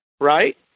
right